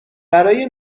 برای